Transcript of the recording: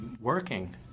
working